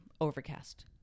Overcast